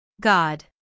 God